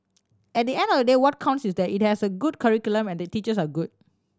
at the end of the day what counts is that it has a good curriculum and the teachers are good